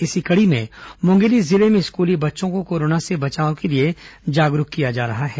इसी कड़ी में मुंगेली जिले में स्कूली बच्चों को कोरोना से बचाव के लिए जागरूक किया जा रहा है